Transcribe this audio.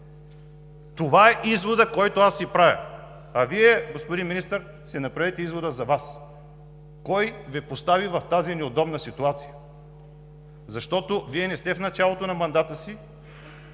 Това е изводът, който аз си правя, а Вие, господин Министър, си направете извода за Вас кой Ви постави в тази неудобна ситуация. Защото Вие не сте в началото на мандата си,